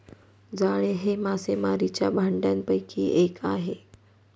जाळे हे मासेमारीच्या भांडयापैकी एक आहे